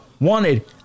wanted